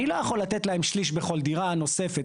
אני לא יכול לתת להם שליש בכל דירה נוספת.